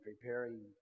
preparing